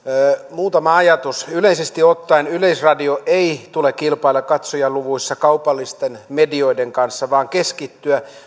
muutama ajatus yleisesti ottaen yleisradion ei tule kilpailla katsojaluvuissa kaupallisten medioiden kanssa vaan sen tulee keskittyä